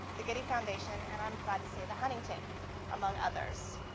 the getty foundation, and i'm glad to say the huntington among others.